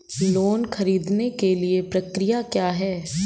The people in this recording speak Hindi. लोन ख़रीदने के लिए प्रक्रिया क्या है?